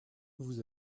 vous